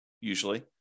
usually